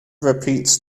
repeats